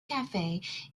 cafe